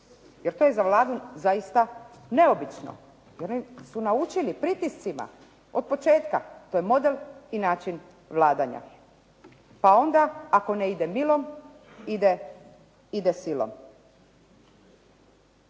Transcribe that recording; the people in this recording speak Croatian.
Jer to je za Vladu zaista neobično. Oni su naučili pritiscima od početka. To je model i način vladanja, pa onda ako ne ide milom, ide silom.